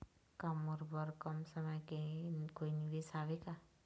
का मोर बर कम समय के कोई निवेश हावे का?